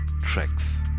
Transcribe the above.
tracks